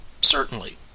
Certainly